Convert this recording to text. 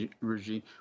regime